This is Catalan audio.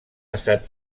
estat